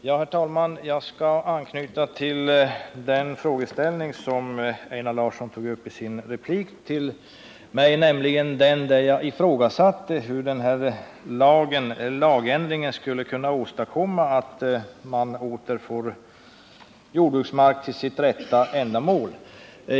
Herr talman! Jag skall anknyta till den frågeställning som Einar Larsson tog upp i sin replik till mig med anledning av att jag ifrågasatte hur den här lagändringen skulle kunna åstadkomma att man återför jordbruksmark till dess rätta ändamål.